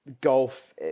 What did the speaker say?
golf